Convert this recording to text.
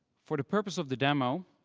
for the purpose of the demo,